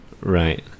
Right